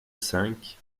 cinq